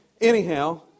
Anyhow